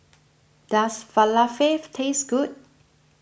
does Falafel taste good